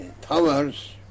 towers